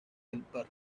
helper